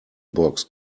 box